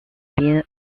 been